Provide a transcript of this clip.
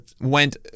went